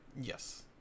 Yes